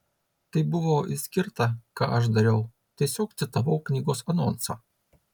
tai buvo išskirta ką aš dariau tiesiog citavau knygos anonsą